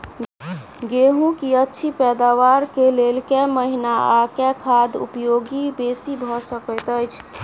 गेंहूँ की अछि पैदावार केँ लेल केँ महीना आ केँ खाद उपयोगी बेसी भऽ सकैत अछि?